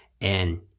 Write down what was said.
and-